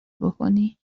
بکنی